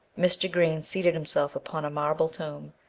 mr. green seated himself upon a marble tomb,